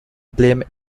blame